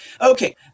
Okay